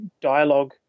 dialogue